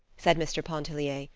said mr. pontellier,